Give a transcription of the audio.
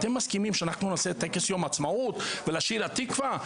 אתם מסכימים שאנחנו נעשה את טקס יום העצמאות ונשיר התקווה?